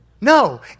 No